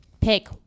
pick